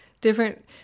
different